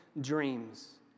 dreams